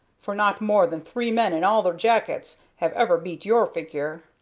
for not more than three men in all the jackets have ever beat your figure.